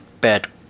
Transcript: bad